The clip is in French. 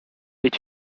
est